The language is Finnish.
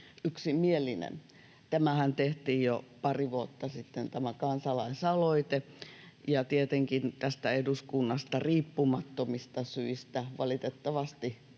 Tämä kansalaisaloitehan tehtiin jo pari vuotta sitten, ja tietenkin eduskunnasta riippumattomista syistä valitettavasti